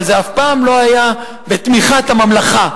אבל זה אף פעם לא היה בתמיכת הממלכה,